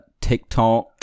tiktok